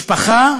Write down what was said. משפחה